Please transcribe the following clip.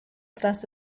trust